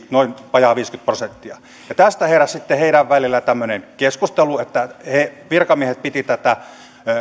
vajaa viisikymmentä prosenttia tästä heräsi sitten heidän välillään tämmöinen keskustelu että virkamiehet pitivät tätä